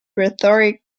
rhetoric